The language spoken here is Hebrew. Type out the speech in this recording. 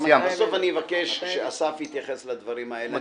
בסוף אני אבקש שאסף יתייחס לדברים האלה.